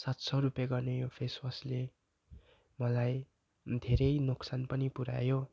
सात सय रुपियाँ गर्ने यो फेसवासले मलाई धेरै नोक्सान पनि पुऱ्यायो